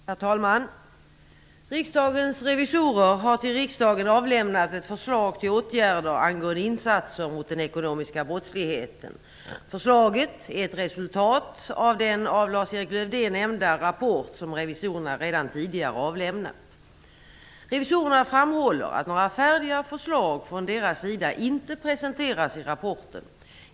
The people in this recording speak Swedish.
Herr talman! Riksdagens revisorer har till riksdagen avlämnat ett förslag till åtgärder angående insatser mot den ekonomiska brottsligheten. Förslaget är ett resultat av den av Lars-Erik Lövdén nämnda rapport som revisorerna redan tidigare avlämnat. Revisorerna framhåller att några färdiga förslag från deras sida inte presenteras i rapporten.